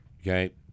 okay